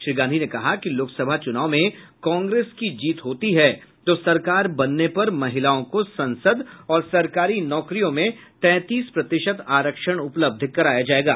श्री गांधी ने कहा कि लोकसभा चुनाव में कांग्रेस की जीत होती है तो सरकार बनने पर महिलाओं को संसद और सरकारी नौकरियों में तैंतीस प्रतिशत आरक्षण उपलब्ध कराया जायेगा